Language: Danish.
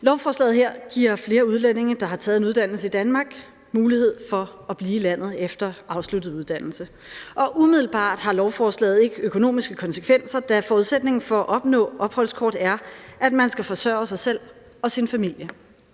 Lovforslaget her giver flere udlændinge, der har taget en uddannelse i Danmark, mulighed for at blive i landet efter afsluttet uddannelse, og umiddelbart har lovforslaget ikke økonomiske konsekvenser, da forudsætningen for at opnå et opholdskort er, at man skal forsørge sig selv og sin familie.